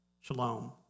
shalom